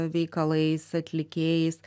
veikalais atlikėjais